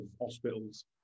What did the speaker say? hospitals